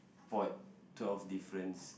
spot twelve difference